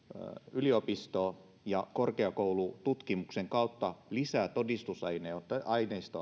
yliopisto ja korkeakoulututkimuksen kautta lisää todistusaineistoa